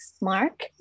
Mark